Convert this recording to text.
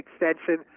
extension